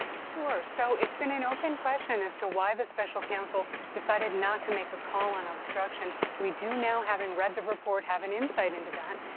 sure. so it's been an open question as to why the special counsel decided not to make a call on obstruction. we do now, having read the report, have an insight into that.